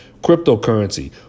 Cryptocurrency